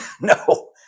no